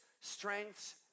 strengths